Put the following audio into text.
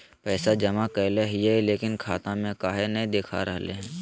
पैसा जमा कैले हिअई, लेकिन खाता में काहे नई देखा रहले हई?